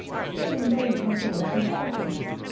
she even lowered her voice and softened it.